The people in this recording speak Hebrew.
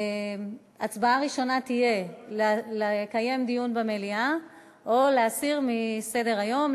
ההצבעה הראשונה תהיה אם לקיים דיון במליאה או להסיר מסדר-היום,